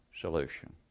solution